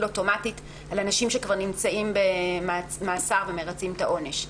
אוטומטית על אנשים שכבר נמצאים במאסר ומרצים את העונש.